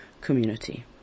community